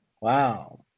Wow